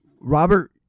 Robert